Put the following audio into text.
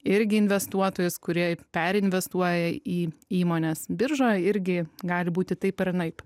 irgi investuotojus kurie perinvestuoja į įmones biržoj irgi gali būti taip ar anaip